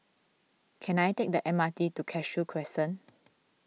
can I take the M R T to Cashew Crescent